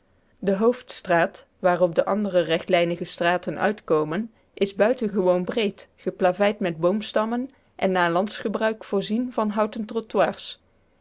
de hoofdstraat waarop de andere rechtlijnige straten uitkomen is buitengewoon breed geplaveid met boomstammen en naar landsgebruik voorzien van houten trottoirs